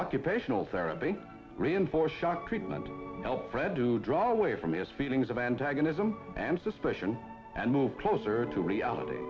occupational therapy reinforced shock treatment helped fred to draw away from his feelings of antagonism and suspicion and move closer to reality